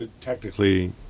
Technically